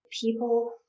people